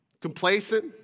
Complacent